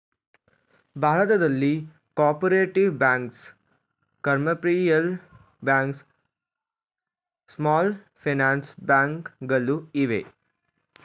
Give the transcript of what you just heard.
ಭಾರತದಲ್ಲಿ cooperative banks, commercial banks, small finance bank ಗಳು ಇವೆ